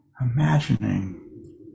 imagining